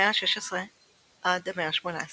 המאה ה-16 עד המאה ה-18